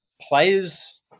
players